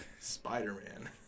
Spider-Man